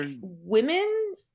women